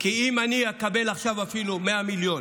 כי אם אני אקבל עכשיו אפילו 100 מיליון,